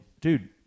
dude